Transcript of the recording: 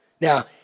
Now